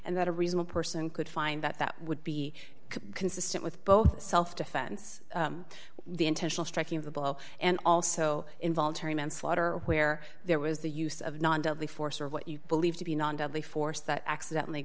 and that a reasonable person could find that that would be consistent with both self defense the intentional striking of the blow and also involuntary manslaughter where there was the use of non deadly force or what you believe to be non deadly force that accidentally